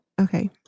Okay